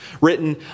written